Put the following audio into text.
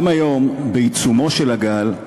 גם היום, בעיצומו של הגל,